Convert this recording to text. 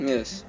Yes